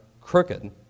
crooked